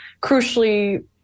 crucially